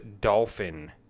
Dolphin